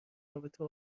رابطه